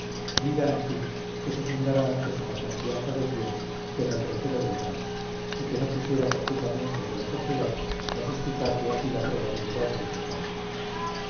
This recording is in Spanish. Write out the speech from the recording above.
vida en fin que se fundara antes en la confianza del bien que en el recelo del mal y que no pusiera por fundamentos de la sociedad la suspicacia y la probabilidad del pecado